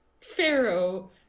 Pharaoh